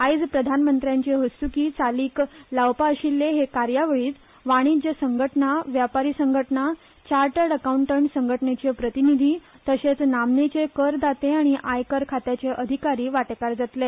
आज प्रधानमंत्र्यांचे हस्तुकीं चालीक लागपाआशिल्ले हे कार्यावळींत वाणिज्य ह संघटना व्यापारी संघटना चार्टर्ड अकावंटंट संघटनांचे प्रतिनिधी तशेच नामनेचे करदाते आनी आयकर खात्याचे अधिकारी वांटेकार जातले